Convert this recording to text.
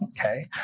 okay